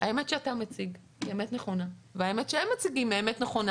האמת שאתה מציג היא אמת נכונה והאמת שהם מציגים היא אמת נכונה.